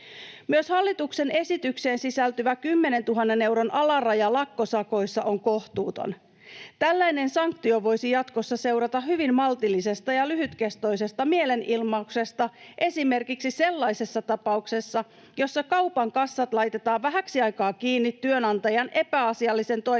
Myös hallituksen esitykseen sisältyvä 10 000 euron alaraja lakkosakoissa on kohtuuton. Tällainen sanktio voisi jatkossa seurata hyvin maltillisesta ja lyhytkestoisesta mielenilmauksesta, esimerkiksi sellaisessa tapauksessa, jossa kaupan kassat laitetaan vähäksi aikaa kiinni työnantajan epäasiallisen toiminnan